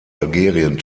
algerien